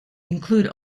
include